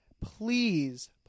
please